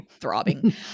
throbbing